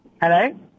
Hello